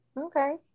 Okay